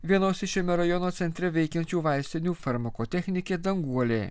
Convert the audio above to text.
vienos iš šiame rajono centre veikiančių vaistinių farmakotechnikė danguolė